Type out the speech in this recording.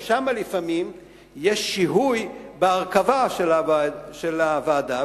גם שם לפעמים יש שיהוי בהרכבה של הוועדה,